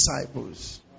disciples